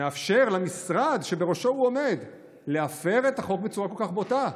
מאפשר למשרד שבראשו הוא עומד להפר את החוק בצורה כל כך בוטה?